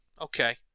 Okay